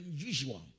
unusual